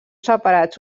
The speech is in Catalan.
separats